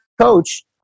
coach